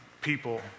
people